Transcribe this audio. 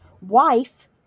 wife